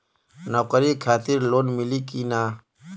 नौकरी खातिर लोन मिली की ना?